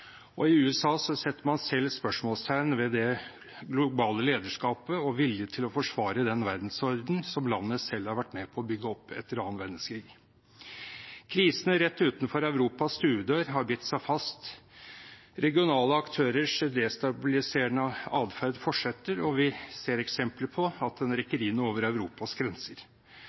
I USA setter man selv spørsmålstegn ved det globale lederskapet og viljen til å forsvare den verdensordenen som landet selv har vært med på å bygge opp etter annen verdenskrig. Krisene rett utenfor Europas stuedør har bitt seg fast. Regionale aktørers destabiliserende atferd fortsetter, og vi ser eksempler på at den rykker inn over Europas grenser.